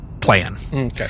plan